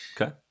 Okay